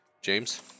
James